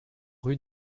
rue